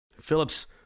Phillip's